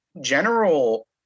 general